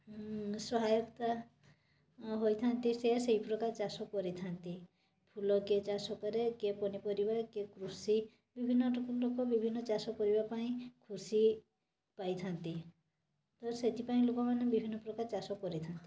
ସହାୟତା ହୋଇଥାନ୍ତି ସେ ସେଇ ପ୍ରକାର ଚାଷ କରିଥାନ୍ତି ଫୁଲ କିଏ ଚାଷ କରି କିଏ ପନିପରିବା କିଏ କୃଷି ବିଭିନ ଲୋକ ବିଭିନ ଚାଷ କରିବା ପାଇଁ ଖୁସି ପାଇଥାନ୍ତି ତ ସେଥି ପାଇଁ ଲୁକମାନେ ବିଭିନ ପ୍ରକାର ଚାଷ କରିଥାନ୍ତି